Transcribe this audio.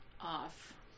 off